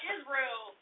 Israel